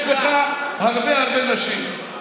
יש לך הרבה הרבה נשים.